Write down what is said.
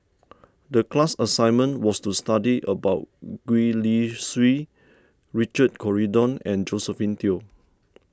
the class assignment was to study about Gwee Li Sui Richard Corridon and Josephine Teo